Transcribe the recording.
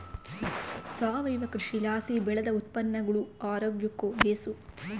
ಸಾವಯವ ಕೃಷಿಲಾಸಿ ಬೆಳ್ದ ಉತ್ಪನ್ನಗುಳು ಆರೋಗ್ಯುಕ್ಕ ಬೇಸು